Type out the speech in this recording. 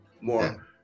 more